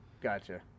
Gotcha